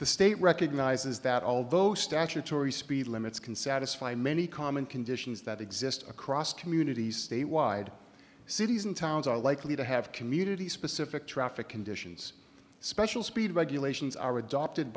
the state recognizes that although statutory speed limits can satisfy many common conditions that exist across communities statewide cities and towns are likely to have community specific traffic conditions special speed regulations are adopted